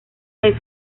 vez